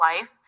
life